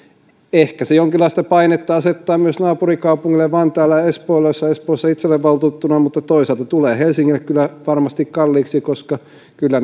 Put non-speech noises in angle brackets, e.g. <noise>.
ehkä se jonkinlaista painetta asettaa myös naapurikaupungeille vantaalle ja ja espoolle jossa itse olen valtuutettuna mutta toisaalta se tulee helsingille varmasti kalliiksi koska kyllä <unintelligible>